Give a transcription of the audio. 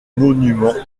monuments